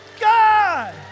God